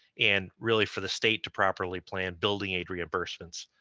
and really, for the state to properly plan building aid reimbursements.